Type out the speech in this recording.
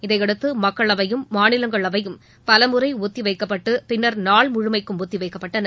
இதையடுத்து மக்களவையும் மாநிலங்களவையும் பலமுறை ஒத்தி வைக்கப்பட்டு பின்னா் நாள் முழுமைக்கும் ஒத்திவைக்கப்பட்டன